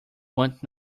want